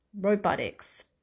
robotics